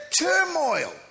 turmoil